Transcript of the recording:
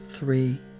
three